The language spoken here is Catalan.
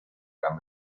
gran